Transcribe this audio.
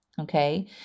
Okay